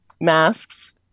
masks